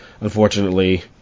unfortunately